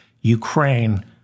Ukraine